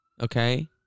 Okay